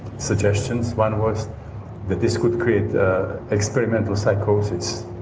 suggestions. one was that this could create experimental psychosis,